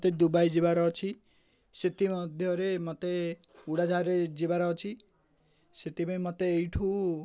ମୋତେ ଦୁବାଇ ଯିବାର ଅଛି ସେଥିମଧ୍ୟରେ ମୋତେ ଉଡ଼ାଯାହାଜରେ ଯିବାର ଅଛି ସେଥିପାଇଁ ମୋତେ ଏଇଠୁ